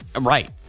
Right